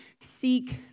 seek